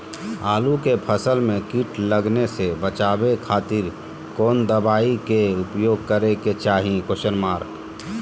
आलू के फसल में कीट लगने से बचावे खातिर कौन दवाई के उपयोग करे के चाही?